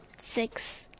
Six